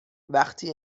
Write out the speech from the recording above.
وقتی